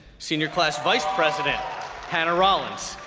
senior class vice president hannah rollins,